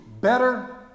better